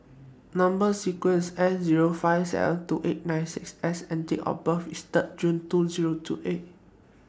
Number sequence IS S Zero five seven two eight nine six S and Date of birth IS Third June two Zero two eight